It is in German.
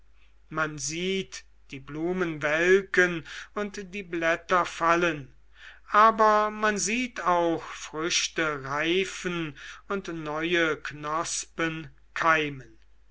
man sieht die blumen welken und die blätter fallen aber man sieht auch früchte reifen und neue knospen keimen